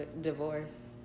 divorce